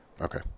Okay